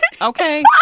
Okay